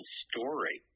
story